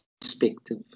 perspective